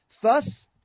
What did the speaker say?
Thus